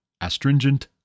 astringent